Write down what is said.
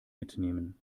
mitnehmen